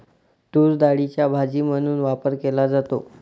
तूरडाळीचा भाजी म्हणून वापर केला जातो